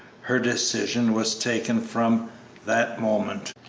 her decision was taken from that moment,